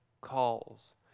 calls